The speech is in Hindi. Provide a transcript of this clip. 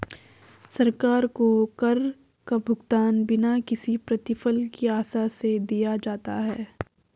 सरकार को कर का भुगतान बिना किसी प्रतिफल की आशा से दिया जाता है